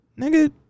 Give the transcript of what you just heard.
Nigga